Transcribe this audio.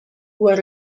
were